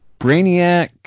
Brainiac